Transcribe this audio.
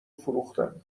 فروختم